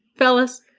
fellas,